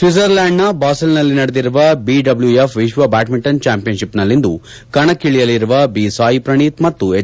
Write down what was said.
ಸ್ವಿಟ್ಜರ್ land ನ Basel ನಲ್ಲಿ ನಡೆದಿರುವ ಬಿಡಬ್ಲು ಎಫ್ ವಿಶ್ವ ಬ್ಯಾಡ್ಮಿಂಟನ್ ಚಾಂಪಿಯನ್ ಡಿಪ್ ನಲ್ಲಿಂದು ಕಣಕ್ಕಿ ಳಿಯಲಿರುವ ಬಿ ಸಾಯಿ ಪ್ರಣೀತ್ ಮತ್ತು ಎಚ್